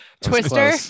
twister